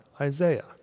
Isaiah